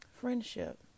friendship